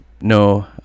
No